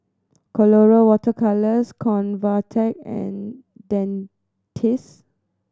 Colora Water Colours Convatec and Dentiste